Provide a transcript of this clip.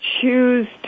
choose